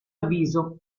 avviso